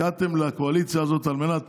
הגעתם לקואליציה הזאת על מנת